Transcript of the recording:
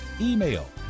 email